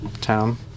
town